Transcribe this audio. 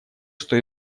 что